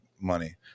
money